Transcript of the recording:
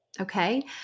Okay